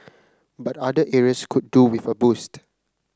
but other areas could do with a boost